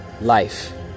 life